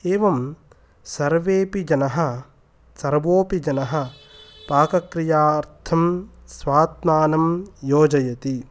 एवं सर्वेऽपि जनाः सर्वोऽपि जनाः पाकक्रियार्थं स्वात्मानं योजयति